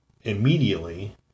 immediately